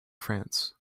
france